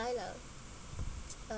lah uh